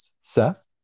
Seth